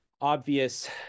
obvious